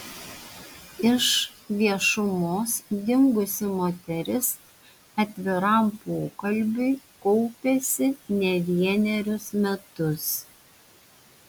iš viešumos dingusi moteris atviram pokalbiui kaupėsi ne vienerius metus